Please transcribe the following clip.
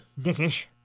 dickish